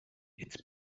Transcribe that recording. it’s